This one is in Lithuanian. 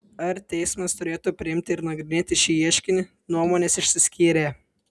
ar teismas turėtų priimti ir nagrinėti šį ieškinį nuomonės išsiskyrė